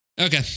Okay